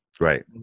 Right